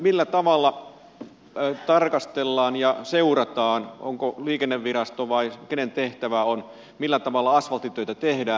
millä tavalla tarkastellaan ja seurataan onko liikenneviraston vai kenen tehtävä on millä tavalla asfalttitöitä tehdään